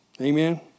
Amen